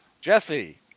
Jesse